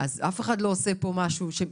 אז אף אחד לא עושה פה משהו כזה.